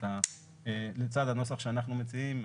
לצד הנוסח שאנחנו מציעים,